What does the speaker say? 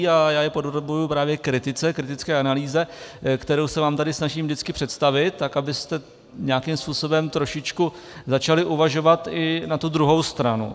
Já je podrobuji právě kritice, kritické analýze, kterou se vám tady snažím vždycky představit, tak abyste nějakým způsobem trošičku začali uvažovat i na tu druhou stranu.